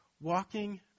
walking